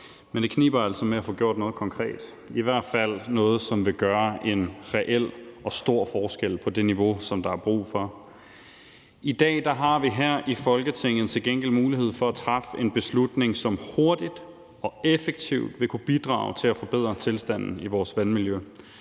men det kniber altså med at få gjort noget konkret eller i hvert fald noget, som vil gøre en reel og stor forskel på det niveau, som der er brug for. I dag har vi her i Folketinget til gengæld mulighed for at træffe en beslutning, som hurtigt og effektivt vil kunne bidrage til at forbedre tilstanden i vores vandmiljø